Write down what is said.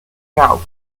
doubt